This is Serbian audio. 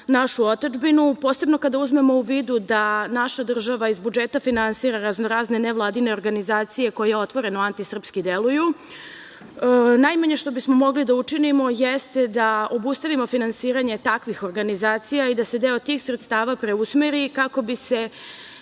našu otadžbinu, posebno kada uzmemo u vidu da naša država iz budžeta finansira raznorazne nevladine organizacije koje otvoreno antisrpski deluju. Najmanje što bismo mogli da učinimo jeste da obustavimo finansiranje takvih organizacija i da se deo tih sredstava preusmeri kako bi se